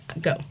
Go